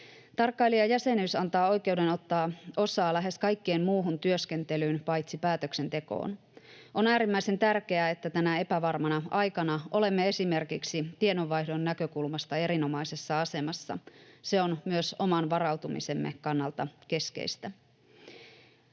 Tarkkailijajäsenyys antaa oikeuden ottaa osaa lähes kaikkeen muuhun työskentelyyn paitsi päätöksentekoon. On äärimmäisen tärkeää, että tänä epävarmana aikana olemme esimerkiksi tiedonvaihdon näkökulmasta erinomaisessa asemassa. Se on myös oman varautumisemme kannalta keskeistä.